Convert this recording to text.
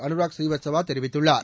அனுராக் ஸ்ரீவஸ்தவா தெரிவித்துள்ளார்